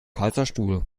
kaiserstuhl